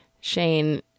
Shane